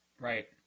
Right